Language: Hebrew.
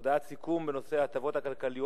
הודעת סיכום בנושא ההחלטה לתת הטבות הכלכלית